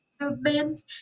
movement